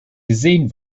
gesehen